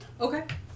Okay